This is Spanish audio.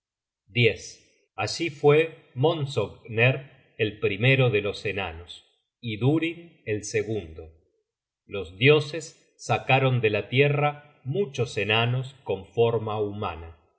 enanos allí fue montsogner el primero de los enanos y durin el segundo los dioses sacaron de la tierra muchos enanos con forma humana